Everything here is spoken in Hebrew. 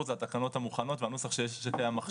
אלה התקנות המוכנות והנוסח שקיים עכשיו.